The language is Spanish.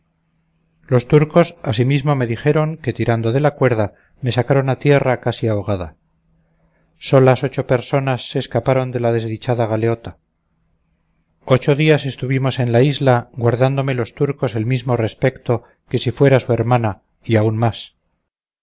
los turcos asimismo me dijeron que tirando de la cuerda me sacaron a tierra casi ahogada solas ocho personas se escaparon de la desdichada galeota ocho días estuvimos en la isla guardándome los turcos el mismo respecto que si fuera su hermana y aun más